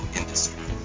industry